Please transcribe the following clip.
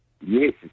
yes